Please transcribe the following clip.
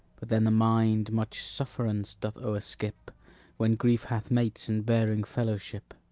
but then the mind much sufferance doth o'erskip when grief hath mates, and bearing fellowship.